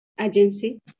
agency